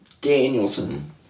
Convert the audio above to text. Danielson